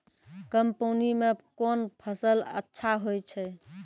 कम पानी म कोन फसल अच्छाहोय छै?